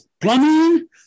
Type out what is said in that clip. Plumbing